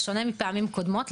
בשונה מפעמים קודמות,